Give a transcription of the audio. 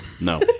No